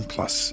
Plus